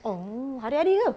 oh hari-hari ke